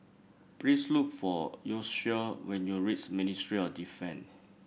please look for Yoshio when you reach Ministry of Defence